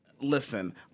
Listen